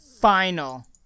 Final